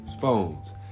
phones